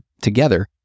together